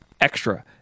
extra